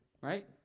right